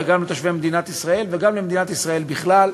גם לתושבי מדינת ישראל וגם למדינת ישראל בכלל.